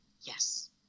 Yes